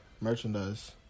Merchandise